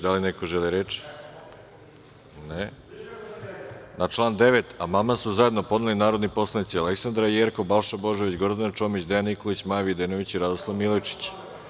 Da li neko želi reč? (Ne.) Na član 9. amandman su zajedno podneli Aleksandra Jerkov, Balša Božović, Gordana Čomić, Dejan Nikolić, Maja Videnović i Radoslav Milojičić.